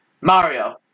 Mario